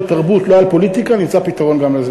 תרבות ולא על פוליטיקה נמצא פתרון גם לזה.